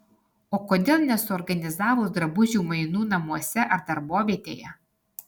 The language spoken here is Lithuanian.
o kodėl nesuorganizavus drabužių mainų namuose ar darbovietėje